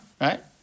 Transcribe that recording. right